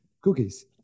cookies